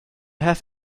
have